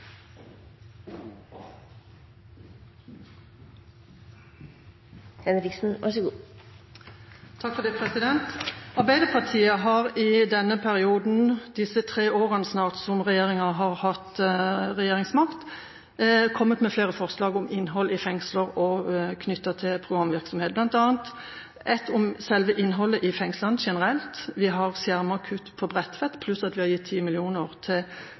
Arbeiderpartiet har i denne perioden, de snart tre årene som denne regjeringa har hatt regjeringsmakt, kommet med flere forslag om innhold i fengsler, knyttet til programvirksomhet, bl.a. et om selve innholdet i fengslene generelt. Vi har skjermet kutt til Bredtveit, pluss at vi har gitt 10 mill. kr til